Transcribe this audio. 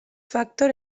factor